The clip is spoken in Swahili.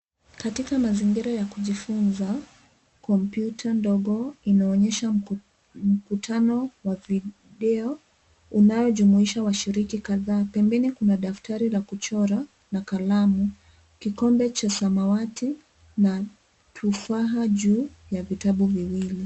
Katika mazingira ya kujifunza, kompyuta ndogo inaonyesha mkutano wa video unaojumuisha washiriki kadhaa. Pembeni kuna daftari la kuchora na kalamu. Kikombe cha samawati na tufaha juu ya vitabu viwili.